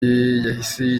yahise